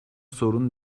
sorun